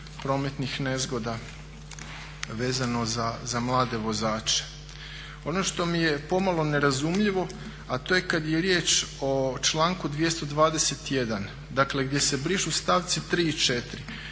prometnih nezgoda vezano za mlade vozače. Ono što mi je pomalo nerazumljivo a to je kada je riječ o članku 221. dakle gdje se brišu stavci 3. i 4.